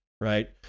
right